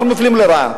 אנחנו מופלים לרעה.